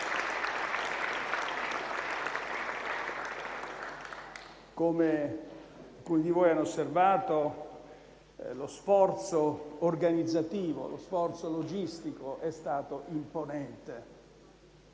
come alcuni di voi hanno osservato - lo sforzo organizzativo e logistico è stato imponente.